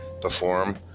perform